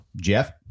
Jeff